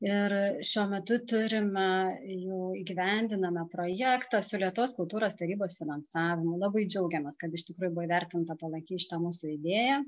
ir šiuo metu turime jau įgyvendiname projektą su lietuvos kultūros tarybos finansavimu labai džiaugiamės kad iš tikrųjų buvo įvertinta palankiai šita mūsų idėja